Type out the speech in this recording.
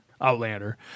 Outlander